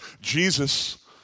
Jesus